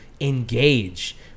engage